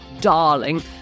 darling